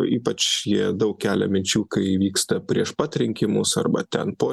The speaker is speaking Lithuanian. ypač jie daug kelia minčių kai vyksta prieš pat rinkimus arba ten po